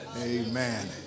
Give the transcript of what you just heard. Amen